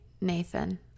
Nathan